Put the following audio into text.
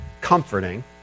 comforting